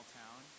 town